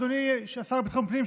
אדוני השר לביטחון הפנים,